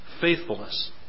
Faithfulness